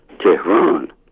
Tehran